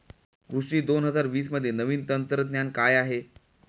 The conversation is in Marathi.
कृषी दोन हजार वीसमध्ये नवीन तंत्रज्ञान काय आहे?